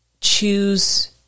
choose